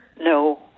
No